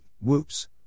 whoops